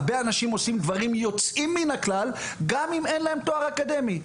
הרבה אנשים עושים דברים יוצאים מן הכלל גם אם אין להם תואר אקדמי.